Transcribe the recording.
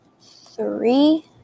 three